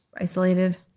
isolated